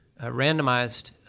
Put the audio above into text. randomized